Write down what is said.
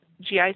GI